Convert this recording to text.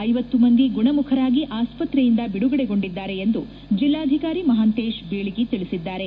ಐವತ್ತು ಮಂದಿ ಗುಣಮುಖರಾಗಿ ಆಸ್ವತ್ರೆಯಿಂದ ಬಿಡುಗಡೆಗೊಂಡಿದ್ದಾರೆ ಎಂದು ಜಿಲ್ಲಾಧಿಕಾರಿ ಮಹಾಂತೇಶ ಬೀಳಗಿ ತಿಳಿಸಿದ್ದಾರೆ